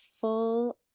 full